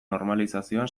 normalizazioan